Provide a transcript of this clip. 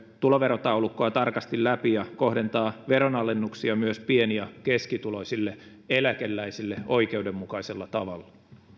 tuloverotaulukkoa tarkasti läpi ja kohdentaa veronalennuksia myös pieni ja keskituloisille eläkeläisille oikeudenmukaisella tavalla